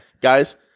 Guys